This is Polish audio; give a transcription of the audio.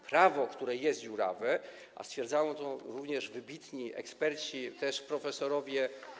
Prawo jest dziurawe, a stwierdzają to również wybitni eksperci, też profesorowie.